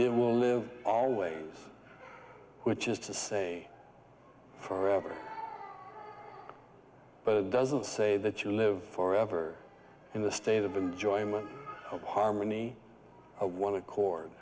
it will live always which is to say forever but it doesn't say that you live forever in the state of enjoyment of harmony one accord